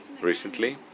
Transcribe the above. recently